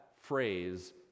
phrase